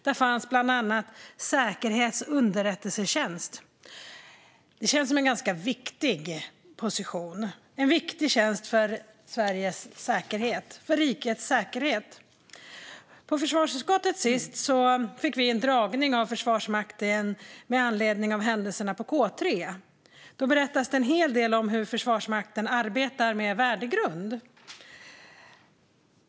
Där fanns bland annat en position inom säkerhets och underrättelsetjänst. Det känns som en viktig position, en viktig tjänst, för Sveriges, rikets, säkerhet. På senaste mötet med försvarsutskottet fick vi ta del av en föredragning av Försvarsmakten med anledning av händelserna på K 3. Det berättades en hel del om hur Försvarsmakten arbetar med värdegrunden.